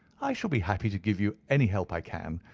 i shall be happy to give you any help i can.